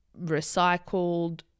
recycled